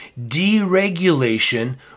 deregulation